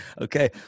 okay